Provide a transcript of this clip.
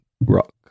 rock